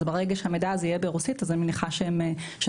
אז ברגע שהמידע הזה יהיה ברוסית אני מניחה שזה